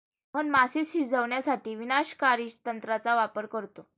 मोहन मासे शिजवण्यासाठी विनाशकारी तंत्राचा वापर करतो